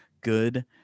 good